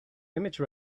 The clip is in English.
image